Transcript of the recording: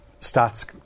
stats